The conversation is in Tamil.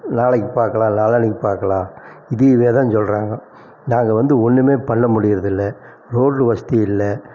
நாளைக்கு பார்க்கலாம் நாளான்னைக்கு பார்க்கலாம் இதுவேதான் சொல்கிறாங்க நாங்கள் வந்து ஒன்றுமே பண்ண முடியிறதில்லை ரோடு வசதி இல்லை